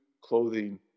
clothing